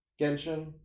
Genshin